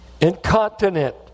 Incontinent